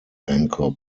anchor